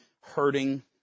hurting